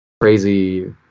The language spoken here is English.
crazy